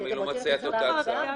למה היא לא מציעה את אותה ההצעה?